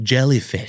Jellyfish